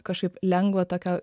kažkaip lengvo tokio